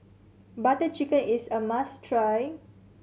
Butter Chicken is a must try